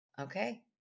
Okay